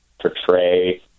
portray